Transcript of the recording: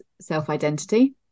self-identity